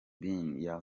bin